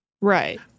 Right